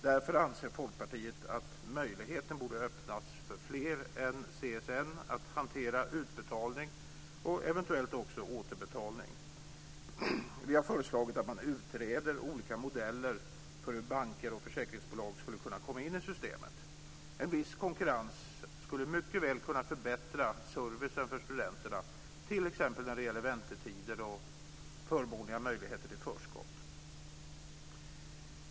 Därför anser Folkpartiet att möjligheten borde öppnas för fler än CSN att hantera utbetalning och eventuellt också återbetalning. Vi har föreslagit att man utreder olika modeller för hur banker och försäkringsbolag skulle kunna komma in i systemet. En viss konkurrens skulle mycket väl kunna förbättra servicen för studenterna t.ex. när det gäller väntetider och förmånliga möjligheter till förskott.